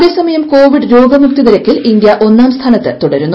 അതേസമയം കോവിഡ് രോഗമുക്തി നിരക്കിൽ ഇന്ത്യ ഒന്നാം സ്ഥാനത്ത് തുടരുന്നു